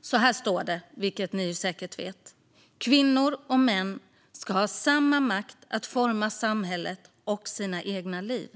Så här står det, vilket ni ju säkert vet: Kvinnor och män ska ha samma makt att forma samhället och sina egna liv.